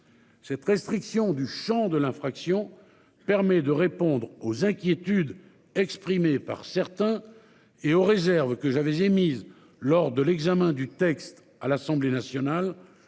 Cette restriction du Champ de l'infraction permet de répondre aux inquiétudes exprimées par certains et aux réserves que j'avais émises lors de l'examen du texte à l'Assemblée nationale